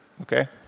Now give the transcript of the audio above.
okay